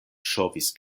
ŝovis